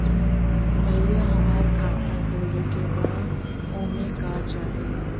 भईया हमार खाता खोले के बा ओमे का चाही?